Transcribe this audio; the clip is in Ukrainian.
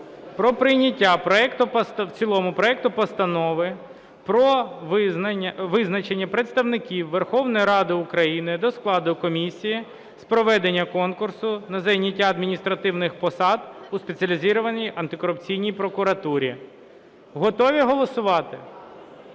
про прийняття проекту в цілому, проекту Постанови про визначення представників Верховної Ради України до складу комісії з проведення конкурсу на зайняття адміністративних посад у Спеціалізованій антикорупційній прокуратурі. Готові голосувати?